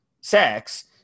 sex